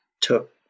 took